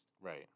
Right